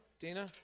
Dina